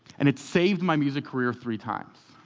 and it's saved my music career three times.